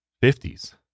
fifties